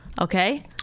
Okay